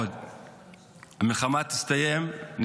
שהמלחמה תסתיים מהר מאוד,